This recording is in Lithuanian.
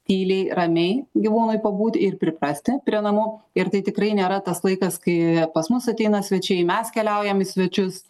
tyliai ramiai gyvūnui pabūt ir priprasti prie namų ir tai tikrai nėra tas laikas kai pas mus ateina svečiai mes keliaujam į svečius